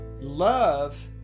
love